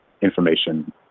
information